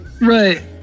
Right